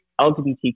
LGBTQ